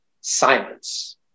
silence